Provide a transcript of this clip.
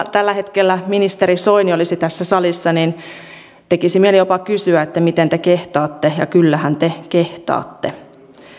tällä hetkellä ministeri soini olisi tässä salissa niin tekisi mieli jopa kysyä miten te kehtaatte ja kyllähän te kehtaatte